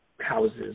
houses